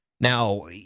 Now